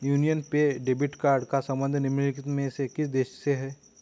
Union पे debit card का संबंध निम्नलिखित में से किस देश से है?